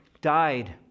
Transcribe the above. died